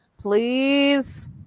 please